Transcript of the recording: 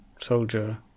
soldier